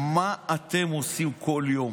מה אתם עושים כל יום?